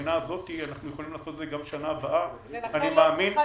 ומהבחינה הזאת אנחנו יכולים לעשות את זה גם בשנה הבאה ולכן אני מאמין,